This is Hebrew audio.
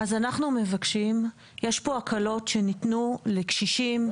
יש פה הקלות שנתנו לקשישים,